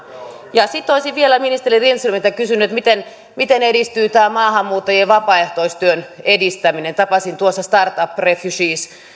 sitten olisin vielä ministeri lindströmiltä kysynyt miten miten edistyy tämä maahanmuuttajien vapaaehtoistyön edistäminen tapasin tuossa startup refugees